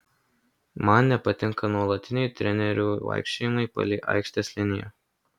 man nepatinka nuolatiniai trenerių vaikščiojimai palei aikštės liniją